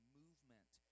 movement